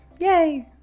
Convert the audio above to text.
Yay